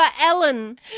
Ellen